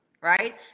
right